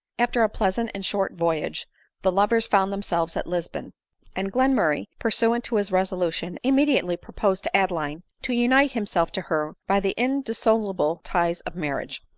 after a pleasant and short voyage the lovers found themselves at lisbon and glenmurray, pursuant to his resolution, immediately proposed to adeline to unite himself to her by the indissoluble ties of marriage.